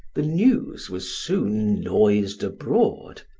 the news was soon noised abroad.